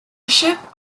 ship